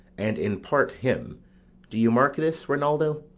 and in part him do you mark this, reynaldo?